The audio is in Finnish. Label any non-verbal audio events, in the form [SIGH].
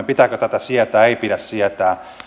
[UNINTELLIGIBLE] pitääkö tätä nimetöntä uhkailua vihapuhetta sietää ei pidä sietää